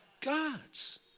God's